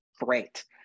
Great